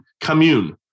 commune